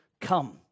come